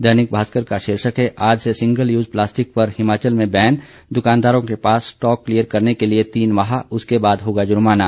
दैनिक भास्कर का शीर्षक है आज से सिंगल यूज प्लास्टिक पर हिमाचल में बैन दुकानदारों के पास स्टॉक क्लीयर करने के लिए तीन माह उसके बाद होगा जुर्माना